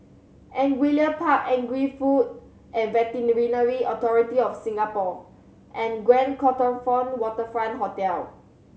Angullia Park Agri Food and Veterinary Authority of Singapore and Grand Copthorne Waterfront Hotel